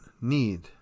need